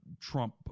Trump